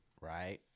Right